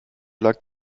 lag